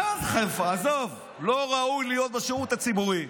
עזוב, לא ראוי להיות בשירות הציבורי.